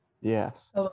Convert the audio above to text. yes